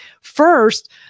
first